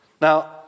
Now